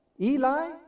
Eli